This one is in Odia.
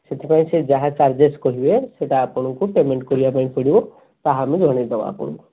ସେଥିପାଇଁ ସେ ଯାହା ଚାର୍ଜେସ୍ କରିବେ ସେଇଟା ଆପଣଙ୍କୁ ପେମେଣ୍ଟ କରିବା ପାଇଁ ପଡ଼ିବ ତାହା ଆମେ ଜଣାଇଦେବା ଆପଣଙ୍କୁ